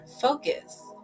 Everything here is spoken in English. focus